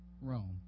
Rome